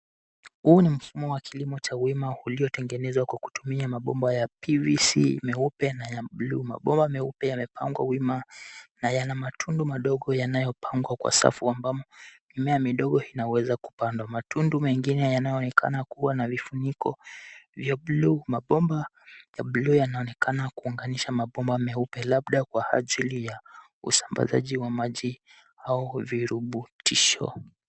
Huu ni mfumo wa kilimo cha wima uliotengenezwa kwa kutumia mabomba ya PVC meupe na ya blue . Mabomba meupe yamepangwa wima na yana matundo madogo yanayopangwa kwa safu, ambamo mimea midogo inaweza kupandwa. Matundo mengine yanayoonekana kua na vifuniko vya blue . Mabomba ya blue yanaonekana kuunganisha mabomba meupe, labda kwa ajili ya usambazaji wa maji au virutubisho.